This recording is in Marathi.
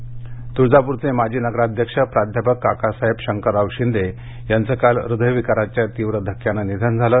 निधन उस्मानाबाद तुळजापूरचे माजी नगराध्यक्ष प्राध्यापक काकासाहेब शंकरराव शिंदे यांचं काल हृदयविकाराच्या तीव्र धक्क्याने निधन झालं